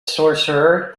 sorcerer